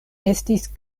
estis